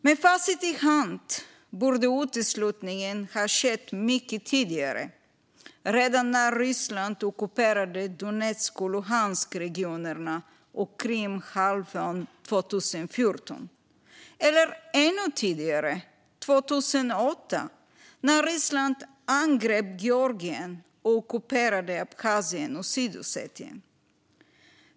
Med facit i hand borde uteslutningen ha skett mycket tidigare, redan när Ryssland ockuperade Donetsk och Luhanskregionerna och Krimhalvön 2014 - eller ännu tidigare, 2008, när Ryssland angrep Georgien och ockuperade Abchazien och Sydossetien.